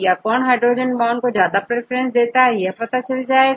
यह hydrogen bonds के लिए ज्यादा प्रेफरेंस देगा